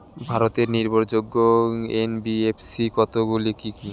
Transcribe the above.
ভারতের নির্ভরযোগ্য এন.বি.এফ.সি কতগুলি কি কি?